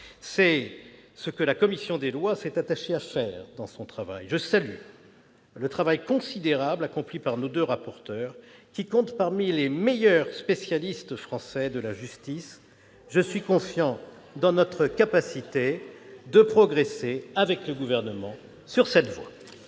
C'est ce que la commission des lois s'est attachée à faire. Je salue à cet égard le travail considérable accompli par les deux rapporteurs, qui comptent parmi les meilleurs spécialistes français de la justice. Je suis confiant dans notre capacité de progresser avec le Gouvernement dans cette voie.